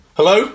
Hello